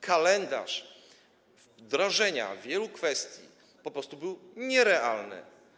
Kalendarz wdrożenia wielu kwestii po prostu był nierealny.